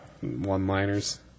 One-liners